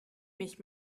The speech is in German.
mich